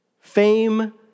Fame